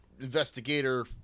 Investigator